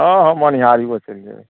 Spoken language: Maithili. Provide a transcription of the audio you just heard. हँ हँ मनिहारिओ चलि जएबै